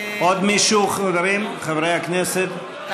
עוד מישהו, חברים, חברי הכנסת?